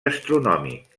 astronòmic